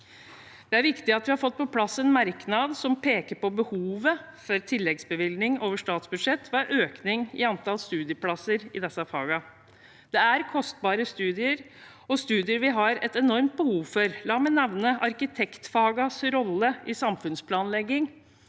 Det er viktig at vi har fått på plass en merknad som peker på behovet for tilleggsbevilgning over statsbudsjett ved økning i antall studieplasser i disse fagene. Det er kostbare studier og studier vi har et enormt behov for. La meg nevne arkitektfagenes rolle innen samfunnsplanlegging